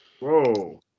Whoa